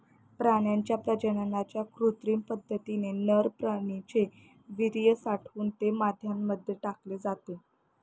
प्राण्यांच्या प्रजननाच्या कृत्रिम पद्धतीने नर प्राण्याचे वीर्य साठवून ते माद्यांमध्ये टाकले जाते